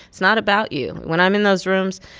it's not about you when i'm in those rooms,